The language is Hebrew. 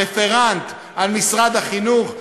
רפרנט משרד החינוך,